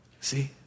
See